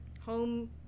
Home